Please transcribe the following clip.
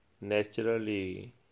naturally